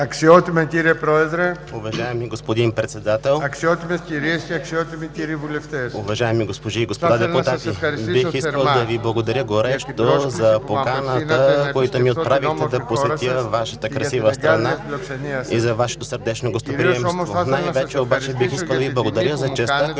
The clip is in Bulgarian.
Уважаеми господин Председател, уважаеми госпожи и господа депутати! Бих искал да Ви благодаря горещо за поканата, която ми отправихте да посетя Вашата красива страна и за Вашето сърдечно гостоприемство. Най-вече обаче бих искал да Ви благодаря за честта,